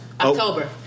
October